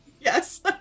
Yes